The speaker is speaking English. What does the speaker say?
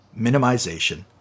minimization